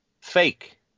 fake